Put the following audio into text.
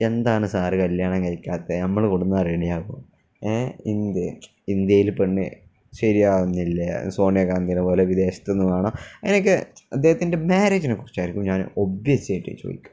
എന്താണ് സാര് കല്ല്യാണം കഴിക്കാത്തത് നമ്മള് ഇന്ത്യ ഇന്ത്യയില് പെണ്ണു ശരിയാവുന്നില്ലേ സോണിയ ഗാന്ധീനെ പോലെ വിദേശത്തുനിന്നു വേണോ അതിനൊക്കെ അദ്ദേഹത്തിൻ്റെ മാര്യേജിനെക്കുറിച്ചായിരിക്കും ഞാനൊബ്യസ്സായിട്ടും ചോദിക്കുക